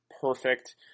perfect